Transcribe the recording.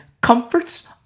comforts